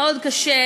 מאוד קשה.